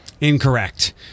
Incorrect